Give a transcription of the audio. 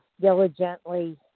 diligently